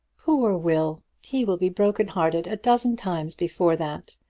poor will! he will be broken-hearted a dozen times before that.